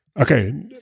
okay